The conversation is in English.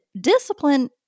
discipline